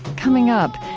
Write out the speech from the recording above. coming up,